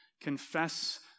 Confess